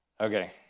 Okay